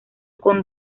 con